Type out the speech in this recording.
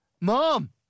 Mom